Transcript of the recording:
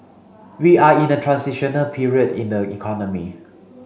we are in a transition period in the economy